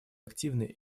активный